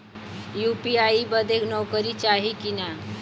UPI बदे नौकरी चाही की ना?